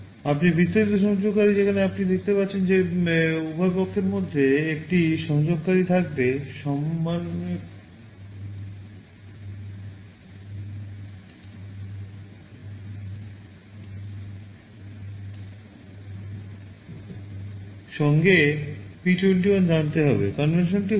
আপনি বিস্তারিত সংযোগকারী যেখানে আপনি দেখতে পাচ্ছেন যে উভয় পক্ষের মধ্যে একটি সংযোগকারী থাকবে সঙ্গে P 21 জানতে হবে